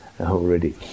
already